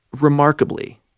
remarkably